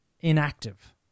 inactive